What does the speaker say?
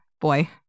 boy